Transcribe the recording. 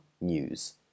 news